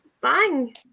bang